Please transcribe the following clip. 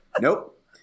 Nope